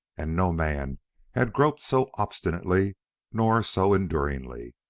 and no man had groped so obstinately nor so enduringly.